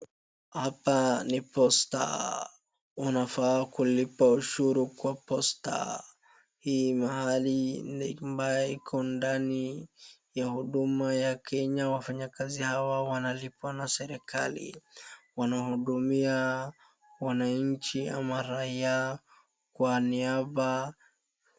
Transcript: Hapa ni posta. Unafaa kulipa ushuru kwa posta. Hii mahalli ni ambaye iko ndani ya huduma ya Kenya. Wafanyikazi wanalipwa na serikali ,wanahudumia wananchi ama raia kwa niaba.